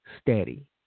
steady